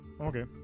okay